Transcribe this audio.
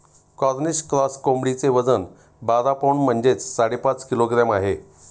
Cornish cross कोंबडीचे वजन बारा पौंड म्हणजेच साडेपाच किलोग्रॅम आहे